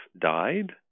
died